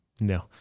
No